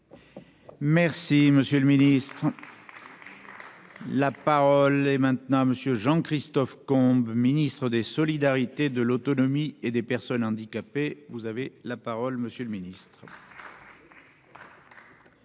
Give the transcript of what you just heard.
Merci. Le ministre. La parole est maintenant monsieur Jean-Christophe Combe Ministre des Solidarités de l'Autonomie et des Personnes handicapées, vous avez la parole monsieur le Ministre.